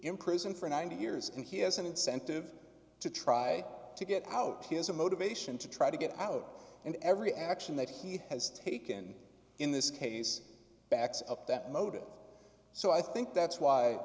in prison for ninety years and he has an incentive to try to get out he has a motivation to try to get out and every action that he has taken in this case backs up that motive so i think that's why